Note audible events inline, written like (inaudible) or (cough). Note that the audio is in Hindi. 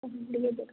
(unintelligible)